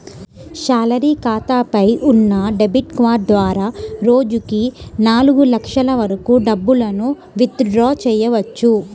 salary ఖాతాపై ఉన్న debit card ద్వారా రోజుకి నాలుగు లక్షల వరకు డబ్బులను విత్ డ్రా చెయ్యవచ్చు